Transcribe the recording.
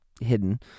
hidden